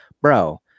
bro